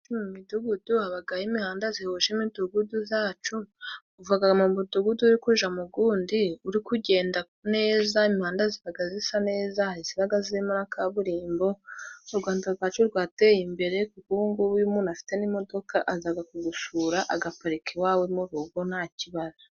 Mu midugudu habagaho imihanda zihuje imidugudu zacu uvaga mu mudugudu uri kuja mugundi uri kugenda neza, imihanda zibaga zisa neza hari izibaga zirimo na kaburimbo, u Rwanda rwacu rwateye imbere kuko ubu ngubu iyo umuntu afite n'imodoka aza kugushura agaparika iwawe mu rugo nta kibazo.